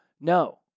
No